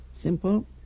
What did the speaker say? Simple